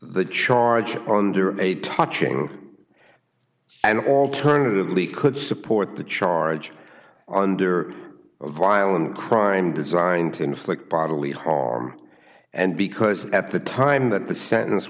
the charge on doing a touching it and alternatively could support the charge under a violent crime designed to inflict bodily harm and because at the time that the sentence